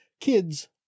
kids